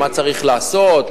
מה צריך לעשות,